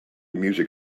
music